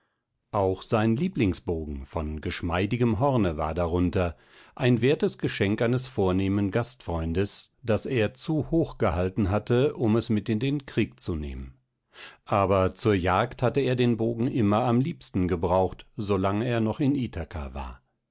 auch sein lieblingsbogen von geschmeidigem horne war darunter ein wertes geschenk eines vornehmen gastfreundes das er zu hoch gehalten hatte um es mit in den krieg zu nehmen aber zur jagd hatte er den bogen immer am liebsten gebraucht so lange er noch in ithaka war